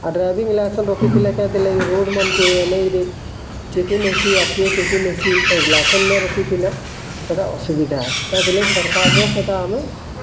ଆର୍ driving licence ରଖିଥିଲେ ଲାଗି road ମାନଙ୍କୁ ରେ ଚେକିଂ ନେହସି ଅର ଟି ଓ ଚେକିଂ ନେହସି ଗ୍ଲାସନ୍ ନ ରଖିଥିଲେ ସେଇଟା ଅସୁବିଧା ସରକାରର ସେଇଟା ଆମେ